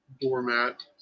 doormat